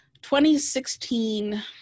2016